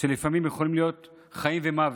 שלפעמים יכולים להיות של חיים ומוות,